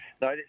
No